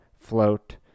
Float